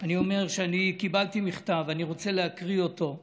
שאני קיבלתי מכתב ואני רוצה להקריא אותו.